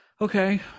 okay